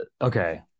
okay